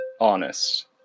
honest